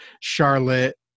Charlotte